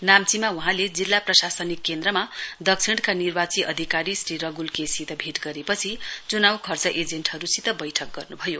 नाम्चीमा वहाँले जिल्ला प्रशासनिक केन्द्रमा दक्षिण निर्वाची अधिकारी श्री रगुल के सित भेट गरेपछि चुनाउ खर्च एजेन्टहरुसित वैठक गर्नुभयो